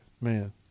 man